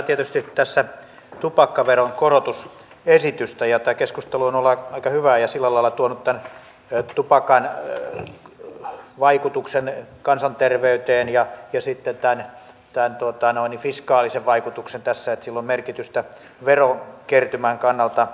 nyt tässä käsitellään tietysti tupakkaveron korotusesitystä ja tämä keskustelu on ollut aika hyvää ja sillä lailla tuonut tämän tupakan vaikutuksen kansanterveyteen ja sitten tämän fiskaalisen vaikutuksen että sillä on merkitystä verokertymän kannalta